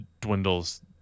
dwindles